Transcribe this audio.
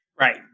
Right